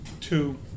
Two